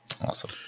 Awesome